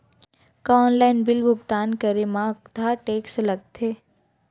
का online bill भुगतान करे मा अक्तहा टेक्स लगथे?